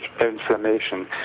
inflammation